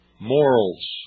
morals